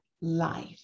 life